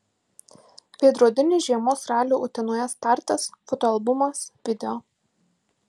veidrodinis žiemos ralio utenoje startas fotoalbumas video